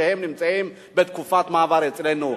כשהם נמצאים בתקופת מעבר אצלנו,